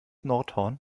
nordhorn